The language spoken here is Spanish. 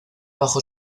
bajo